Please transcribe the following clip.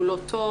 הוא לא טוב,